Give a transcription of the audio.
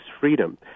freedom